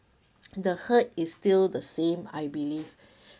the hurt is still the same I believe